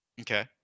Okay